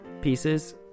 pieces